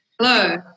Hello